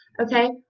Okay